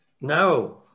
no